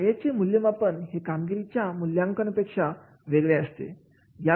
कार्याचे मूल्यमापन हे कामगिरीच्या मूल्यांकन यापेक्षा वेगळे असते